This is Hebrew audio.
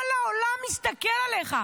כל העולם מסתכל עליך.